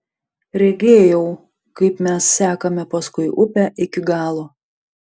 regėjau kaip mes sekame paskui upę iki galo